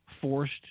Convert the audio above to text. forced